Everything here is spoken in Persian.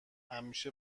همیشه